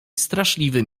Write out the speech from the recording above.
straszliwy